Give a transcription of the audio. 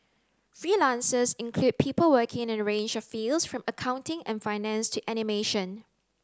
freelancers include people working in a range of fields from accounting and finance to animation